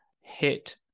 hit